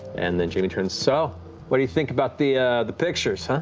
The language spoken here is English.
and then jamie turns. so what do you think about the the pictures, huh?